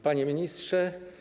Panie Ministrze!